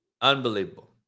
Unbelievable